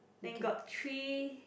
then got three